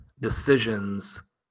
decisions